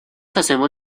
hacemos